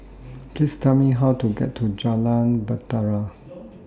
Please Tell Me How to get to Jalan Bahtera